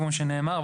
כמו שאמרת,